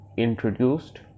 introduced